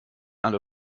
alle